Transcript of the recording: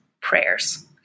prayers